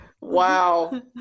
Wow